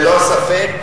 ללא ספק.